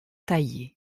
taillée